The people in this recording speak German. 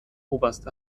oberst